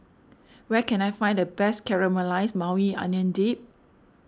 where can I find the best Caramelized Maui Onion Dip